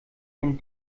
ein